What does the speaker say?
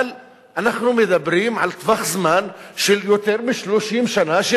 אבל אנחנו מדברים על טווח זמן של יותר מ-30 שנה של